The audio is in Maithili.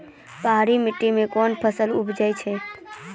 पहाड़ी मिट्टी मैं कौन फसल उपजाऊ छ?